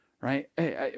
Right